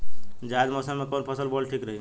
जायद मौसम में कउन फसल बोअल ठीक रहेला?